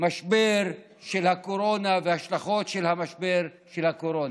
משבר קורונה והשלכות משבר הקורונה.